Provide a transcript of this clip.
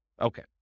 okay